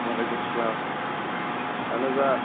وَعلیکُم السَلام اہن حظ آ